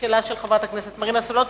שאלה של חברת הכנסת מרינה סולודקין,